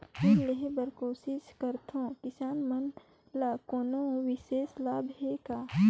ऋण लेहे बर कोशिश करथवं, किसान मन ल कोनो विशेष लाभ हे का?